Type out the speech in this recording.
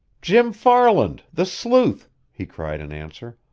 jim farland, the sleuth! he cried in answer.